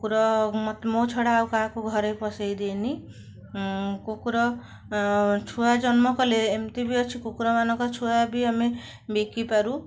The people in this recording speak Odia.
କୁକୁର ମୋ ଛଡ଼ା ଆଉ କାହାକୁ ଘରେ ପସା ଇ ଦିଏନି କୁକୁର କୁକୁର ଛୁଆ ଜନ୍ମ କଲେ ଏମିତି ବି ଅଛି କୁକୁରମାନଙ୍କ ଛୁଆ ବି ଆମେ ବିକିପାରୁ